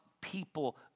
people